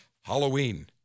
Halloween